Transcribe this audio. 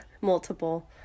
multiple